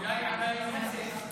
אולי עדיין מנסה.